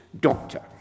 doctor